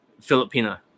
Filipina